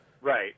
Right